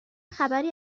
خبری